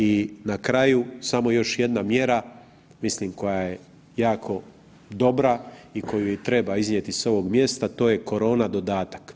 I na kraju samo još jedna mjera, mislim koja je jako dobra i koju treba iznijeti s ovog mjesta, to je korona dodatak.